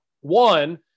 one –